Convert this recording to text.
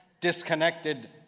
disconnected